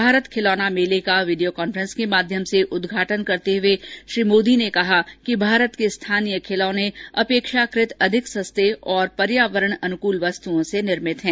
भारत खिलौना मेले का वीडियो कान्फ्रेंस के माध्यम से उद्घाटन करते हुए श्री मोदी ने कहा कि भारत के स्थानीय खिलौने अपेक्षाकृत अधिक सस्ते और पर्यावरण अनुकल वस्तओं से निर्मित हैं